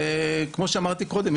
כמו שאמרתי קודם,